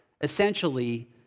essentially